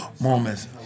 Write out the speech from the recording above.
moments